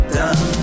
done